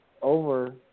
over